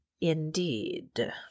indeed